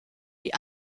die